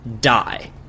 die